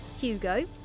Hugo